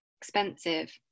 expensive